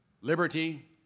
liberty